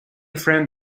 friend